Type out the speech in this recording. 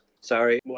sorry